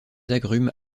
agrumes